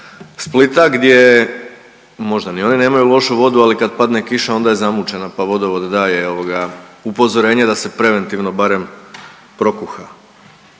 Splita gdje, možda ni oni nemaju lošu vodu, ali kad padne kiša onda je zamućena, pa vodovod daje ovoga upozorenje da se preventivno barem prokuha.